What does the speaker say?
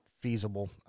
feasible